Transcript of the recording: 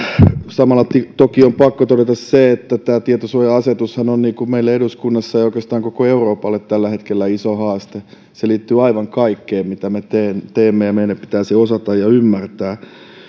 samalla toki on pakko todeta se että tämä tietosuoja asetushan on meille eduskunnassa ja oikeastaan koko euroopalle tällä hetkellä iso haaste se liittyy aivan kaikkeen mitä me teemme teemme ja meidän pitää se osata ja ymmärtää